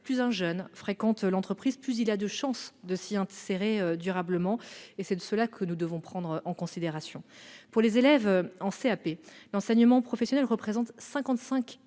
Plus un jeune fréquente l'entreprise, plus il a de chances de s'y insérer durablement. Nous devons le prendre en considération. Pour les élèves en CAP, l'enseignement professionnel représente 55 % du